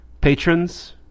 patrons